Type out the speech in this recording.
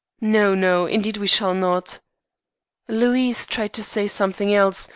no, no indeed we shall not louise tried to say something else,